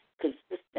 consistent